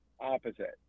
opposite